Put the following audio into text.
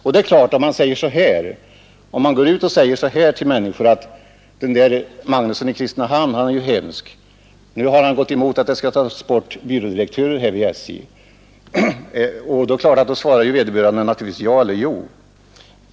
Om man säger till människor att den där Magnusson i Kristinehamn är hemsk, nu har han motsatt sig att det skall tas bort byrådirektörer vid SJ, så instämmer naturligtvis vederbörande.